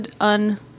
un